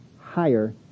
higher